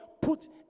put